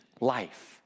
life